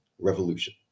revolution